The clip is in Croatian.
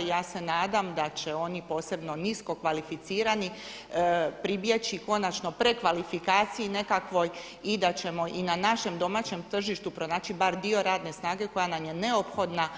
I ja se nadam da će oni posebno niskokvalificirani pribjeći konačno prekvalifikaciji nekakvoj i da ćemo i na našem domaćem tržištu pronaći bar dio radne snage koja nam je neophodna